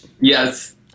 Yes